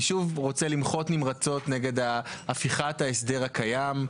אני שוב רוצה למחות נמרצות נגד הפיכת ההסדר הקיים,